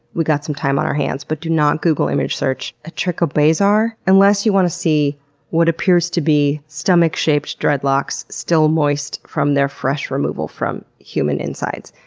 we got some time on our hands. but do not google image search a trichobezoar unless you want to see what appears to be stomach-shaped dreadlocks, still moist from their fresh removal from human insides.